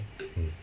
mm